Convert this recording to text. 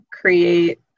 create